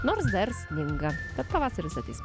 nors dar sninga bet pavasaris ateis